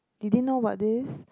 you didn't know about this